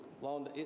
Long